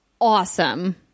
awesome